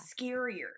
scarier